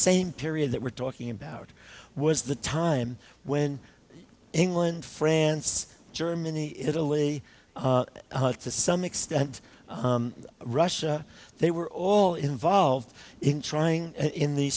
same period that we're talking about was the time when england france germany italy to some extent russia they were all involved in trying in the